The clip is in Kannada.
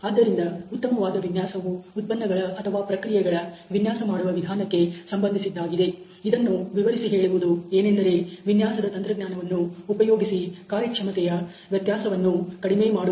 ಆದ್ದರಿಂದ ಉತ್ತಮವಾದ ವಿನ್ಯಾಸವು ಉತ್ಪನ್ನಗಳ ಅಥವಾ ಪ್ರಕ್ರಿಯೆಗಳ ವಿನ್ಯಾಸ ಮಾಡುವ ವಿಧಾನಕ್ಕೆ ಸಂಬಂಧಿಸಿದ್ದಾಗಿದೆ ಇದನ್ನು ವಿವರಿಸಿ ಹೇಳುವುದು ಏನೆಂದರೆ ವಿನ್ಯಾಸದ ತಂತ್ರಜ್ಞಾನವನ್ನು ಉಪಯೋಗಿಸಿ ಕಾರ್ಯಕ್ಷಮತೆಯ ವ್ಯತ್ಯಾಸವನ್ನು ಕಡಿಮೆ ಮಾಡುವುದು